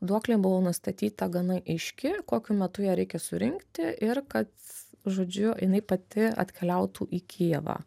duoklė buvo nustatyta gana aiški kokiu metu ją reikia surinkti ir kad žodžiu jinai pati atkeliautų į kijevą